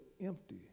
empty